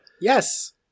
Yes